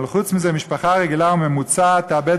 אבל חוץ מזה משפחה רגילה וממוצעת תאבד